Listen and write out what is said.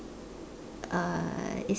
uh it's